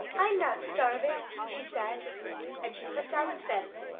i'm not starving, she said and she put down the fifth.